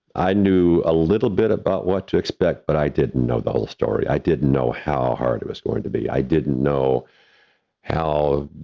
i knew a little bit about what to expect, but i didn't know the whole story. i didn't know how hard it was going to be. i didn't know how